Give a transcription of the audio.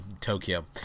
Tokyo